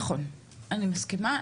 נכון, אני מסכימה.